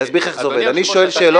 אני אסביר לך איך זה עובד: אני שואל שאלות,